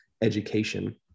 education